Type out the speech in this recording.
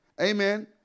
Amen